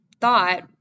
thought